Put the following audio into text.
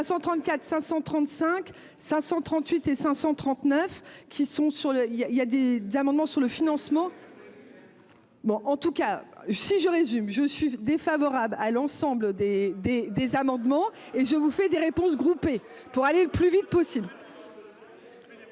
sont sur le il y a, il y a des amendements sur le financement. Bon, en tout cas, si je résume je suis défavorable à l'ensemble des, des, des amendements et je vous fais des réponses groupés pour aller le plus vite possible.